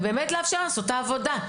ולאפשר לעשות את העבודה,